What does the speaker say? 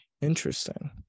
Interesting